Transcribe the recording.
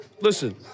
Listen